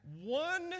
one